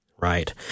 Right